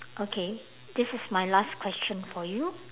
okay this is my last question for you